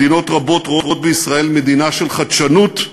מדינות רבות רואות בישראל מדינה של חדשנות,